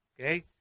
Okay